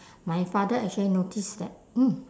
my father actually noticed that mm